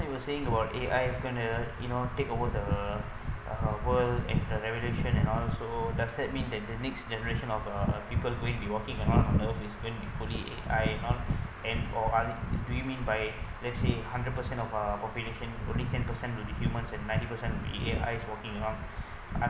you were saying about A_I is going to the you know take over the uh world and the revolution and all so does that mean that the next generation of uh people going to be walking around are those are fully A_I you know and or are do you mean by let's say hundred percent of our population only ten percent will be humans and ninety percent will be A_I walking you know